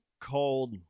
cold